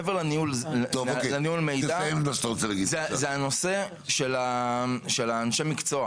מעבר לניהול מידע - זה הנושא של אנשי המקצוע.